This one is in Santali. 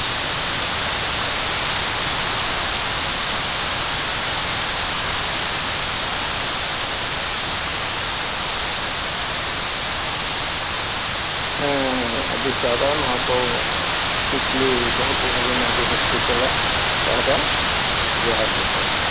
ᱦᱮᱸ ᱟᱹᱰᱤ ᱥᱟᱨᱦᱟᱣ ᱱᱚᱣᱟᱠᱚ ᱠᱩᱠᱞᱤ ᱫᱚᱦᱚ ᱠᱮᱫᱼᱟ ᱵᱮᱱ ᱟᱹᱰᱤ ᱨᱟᱹᱥᱠᱟᱹ ᱥᱟᱞᱟᱜ ᱟᱥᱨᱦᱟᱣ ᱡᱚᱦᱟᱨᱜᱮ ᱛᱟᱦᱞᱮ